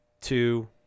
two